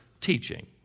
teaching